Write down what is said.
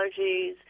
allergies